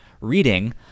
reading